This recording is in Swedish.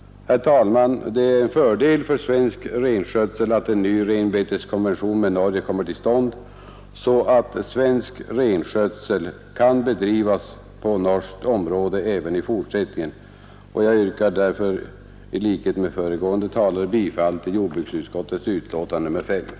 Herr talman! Det är en fördel för svensk renskötsel att en ny renbeteskonvention med Norge kommer till stånd så att svensk renskötsel kan bedrivas på norskt område även i fortsättningen. Jag yrkar därför i likhet med föregående talare bifall till jordbruksutskottets betänkande nr 8: